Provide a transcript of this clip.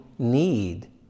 Need